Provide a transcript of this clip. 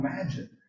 imagine